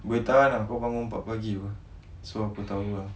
boleh tahan ah kau bangun pukul empat pagi apa so aku tahu ah